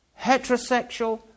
heterosexual